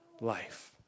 life